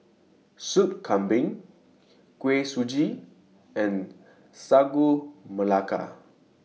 Soup Kambing Kuih Suji and Sagu Melaka